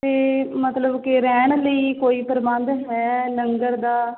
ਅਤੇ ਮਤਲਬ ਕਿ ਰਹਿਣ ਲਈ ਕੋਈ ਪ੍ਰਬੰਧ ਹੈ ਲੰਗਰ ਦਾ